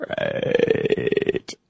Right